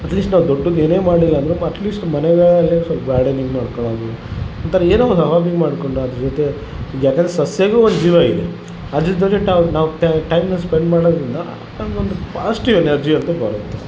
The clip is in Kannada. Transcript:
ಅಟ್ಲೀಸ್ಟ್ ನಾವು ದೊಡ್ದದ್ ಏನೇ ಮಾಡಿಲ್ಲ ಅಂದರು ಅಟ್ಲೀಸ್ಟ್ ಮನೆಗಳಲ್ಲಿ ಸ್ವಲ್ಪ ಗಾರ್ಡನಿಂಗ್ ಮಾಡ್ಕೋಳದು ಒಂಥರ ಏನೋ ಒಂದು ಹಾಬಿ ಮಾಡ್ಕೊಂಡಾಗಲಿ ಜೊತೆ ಯಾಕೆಂದ್ರೆ ಸಸ್ಯಗು ಒಂದು ಜೀವ ಇದೆ ಅದ್ರದು ಬಗ್ಗೆ ಟಾವ್ ನಾವು ಟೈಮ್ ಟೈಮ್ನ ಸ್ಪೆಂಡ್ ಮಾಡೋದರಿಂದ ಅದೊಂದು ಪಾಸ್ಟೀವ್ ಎನರ್ಜಿ ಅಂತ ಬರುತ್ತೆ